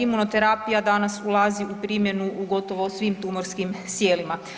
Imunoterapija danas ulazi u primjenu u gotovo svim tumorskim sijelima.